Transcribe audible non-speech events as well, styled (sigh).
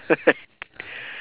(laughs)